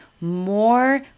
more